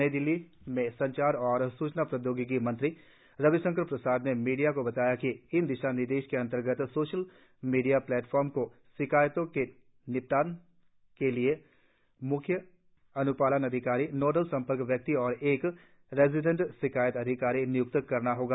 नई दिल्ली में संचार और सूचना प्रौदयोगिकी मंत्री रविशंकर प्रसाद ने मीडिया को बताया कि इन दिशानिर्देशों के अंतर्गत सोशल मीडिया प्लेटफॉर्म को शिकायतों के निपटान के लिए मुख्य अनुपालन अधिकारी नोडल संपर्क व्यक्ति और एक रेजिडेंट शिकायत अधिकारी निय्क्त करना होगा